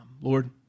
Lord